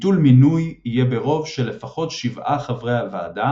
ביטול מינוי יהיה ברוב של לפחות שבעה חברי הוועדה